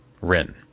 Rin